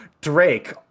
Drake